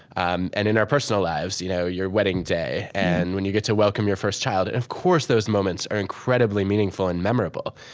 um and in our personal lives, you know your wedding day, and when you get to welcome your first child. and of course, those moments are incredibly meaningful and memorable.